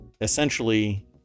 essentially